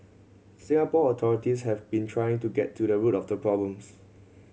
Singapore authorities have been trying to get to the root of the problems